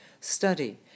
study